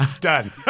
done